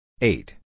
Eight